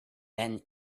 then